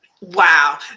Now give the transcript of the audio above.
Wow